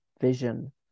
vision